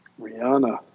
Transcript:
Rihanna